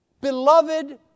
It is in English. Beloved